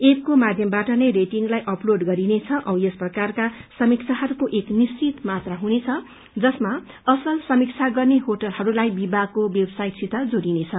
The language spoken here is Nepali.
ऐपको माध्यमबाट नै रेटिंगलाई अपलोड गरिनेछ औ यस प्रकारका समीबाहरूको एक निश्वित मात्रा हुनेछ जसमा असल समीबा गर्ने होटलहरूलाई विमागको वेबसाइटसित जोड़िनेछ